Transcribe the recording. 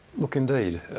look, indeed.